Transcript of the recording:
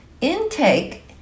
intake